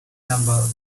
number